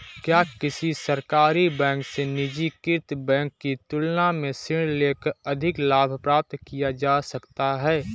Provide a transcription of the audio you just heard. क्या किसी सरकारी बैंक से निजीकृत बैंक की तुलना में ऋण लेकर अधिक लाभ प्राप्त किया जा सकता है?